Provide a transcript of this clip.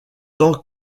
tant